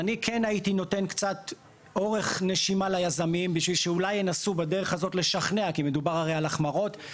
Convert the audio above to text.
הייתי נותן אורך נשימה ליזמים בשביל שינסו בדרך זאת לשכנע את הדיירים.